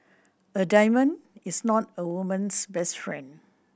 a diamond is not a woman's best friend